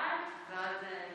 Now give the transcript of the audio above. ההצעה להעביר